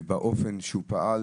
ובאופן שהוא פעל,